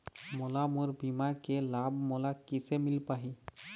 मोला मोर बीमा के लाभ मोला किसे मिल पाही?